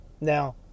Now